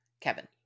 Kevin